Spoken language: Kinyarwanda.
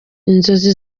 inzozi